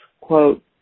quote